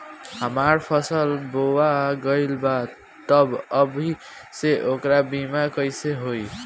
हमार फसल बोवा गएल बा तब अभी से ओकर बीमा कइसे होई?